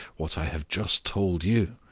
what i have just told you.